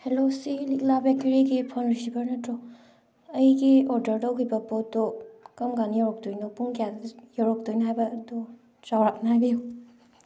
hello ꯁꯤ ꯂꯤꯛꯂꯥ ꯕ꯭ꯔꯦꯀꯔꯤꯒꯤ ꯐꯣꯟ ꯔꯤꯁꯤꯚꯔ ꯅꯠꯇ꯭ꯔꯣ ꯑꯩꯒꯤ ꯑꯣꯔꯗꯔ ꯇꯧꯈꯤꯕ ꯄꯣꯠꯇꯣ ꯀꯔꯝꯀꯥꯟꯗ ꯌꯧꯔꯛꯇꯣꯏꯅꯣ ꯄꯨꯡ ꯀꯌꯥꯗ ꯌꯧꯔꯛꯇꯣꯏꯅꯣ ꯍꯥꯏꯕ ꯑꯗꯨ ꯆꯥꯎꯔꯥꯛꯅ ꯍꯥꯏꯕꯤꯌꯨ